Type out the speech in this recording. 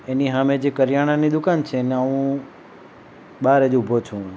એની સામે જે કરીયાણાની દુકાન છે એમાં હું બહાર જ ઊભો છું હું